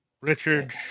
richard